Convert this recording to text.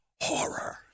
horror